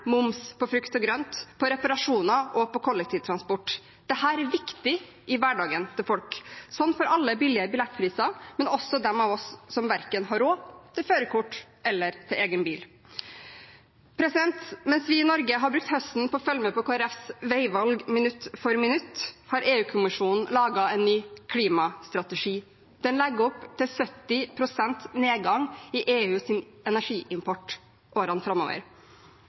moms på frukt og grønt, på reparasjoner og på kollektivtransport. Dette er viktig i folks hverdag. Slik får alle billigere billettpriser, også de av oss som ikke har råd til verken førerkort eller egen bil. Mens vi i Norge har brukt høsten til å følge med på Kristelig Folkepartis veivalg minutt for minutt, har EU-kommisjonen laget en ny klimastrategi: Den legger opp til 70 pst. nedgang i EUs energiimport i årene framover.